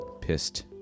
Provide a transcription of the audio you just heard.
pissed